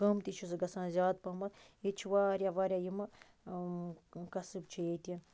قۭمتی چھُ سُہ گَژھان زیاد پَہمَتھ ییٚتہِ چھ واریاہ واریاہ یِمہٕ قصب چھِ ییٚتہِ